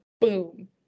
boom